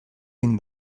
egin